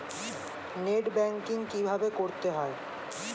Net banking কীভাবে করতে হয়?